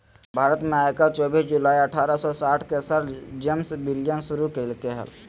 भारत में आयकर चोबीस जुलाई अठारह सौ साठ के सर जेम्स विल्सन शुरू कइल्के हल